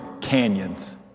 canyons